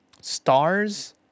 Stars